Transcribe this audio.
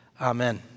Amen